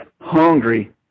hungry